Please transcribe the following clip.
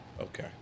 Okay